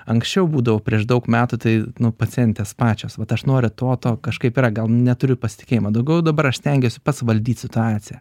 anksčiau būdavo prieš daug metų tai nu pacientės pačios vat aš noriu to to kažkaip yra neturiu pasitikėjimo daugiau dabar aš stengiuosi pats valdyti situaciją